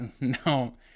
no